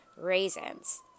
raisins